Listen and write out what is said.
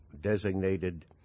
designated